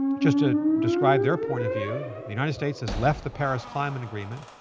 just to describe their point of view, the united states has left the paris climate agreement.